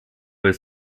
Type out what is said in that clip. was